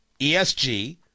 ESG